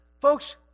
Folks